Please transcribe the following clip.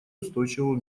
устойчивого